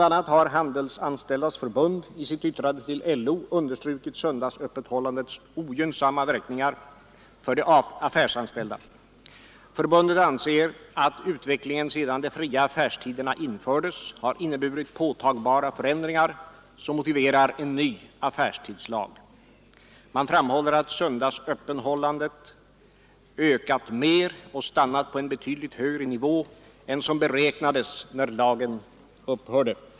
a. har Handelsanställdas förbund i sitt yttrande till LO understrukit söndagsöppethållandets ogynnsamma verkningar för de affärsanställda. Förbundet anser att utvecklingen sedan de fria affärstiderna infördes har inneburit påtagbara förändringar som motiverar en ny affärstidslag. Man framhåller att söndagsöppethållandet ökat mer och stannat på en betydligt högre nivå än som beräknades när lagen upphörde.